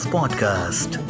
Podcast